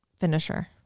finisher